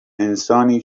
انسانی